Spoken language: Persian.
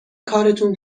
کارتون